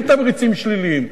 אין "תמריצים שליליים",